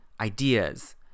ideas